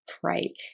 pray